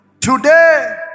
Today